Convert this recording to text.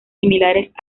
similares